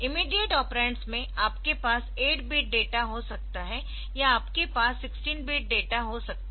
immediate operands में आपके पास 8 बिट डेटा हो सकता है या आपके पास 16 बिट डेटा हो सकता है